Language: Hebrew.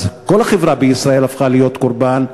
כל החברה בישראל הפכה להיות קורבן.